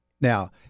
Now